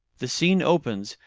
the scene opens,